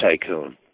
Tycoon